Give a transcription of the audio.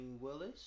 Willis